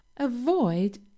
Avoid